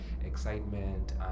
excitement